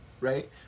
right